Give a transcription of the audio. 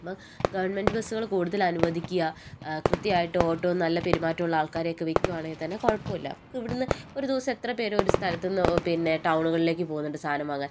അപ്പം ഗവൺമെൻറ്റ് ബസുകൾ കൂടുതൽ അനുവദിക്കുക കൃത്യമായിട്ട് ഓട്ടവും നല്ല പെരുമാറ്റവും ഉള്ള ആൾക്കാരെയൊക്കെ വെക്കുവാണെങ്കിൽ തന്നെ കുഴപ്പമില്ല ഇപ്പോൾ ഇവിടുന്നു ഒരു ദിവസം എത്ര പേര് ഒരു സ്ഥലത്തുന്ന് പിന്നെ ടൗണുകളിലേക്ക് പോകുന്നുണ്ട് സാധനം വാങ്ങാൻ